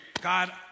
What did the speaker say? God